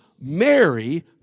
Mary